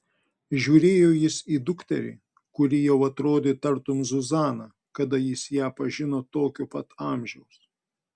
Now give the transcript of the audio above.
žiūrėjo jis į dukterį kuri jau atrodė tartum zuzana kada jis ją pažino tokio pat amžiaus